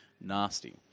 Nasty